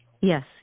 Yes